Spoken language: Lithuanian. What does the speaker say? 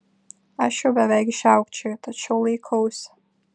aš jau beveik žiaukčioju tačiau laikausi